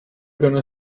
gonna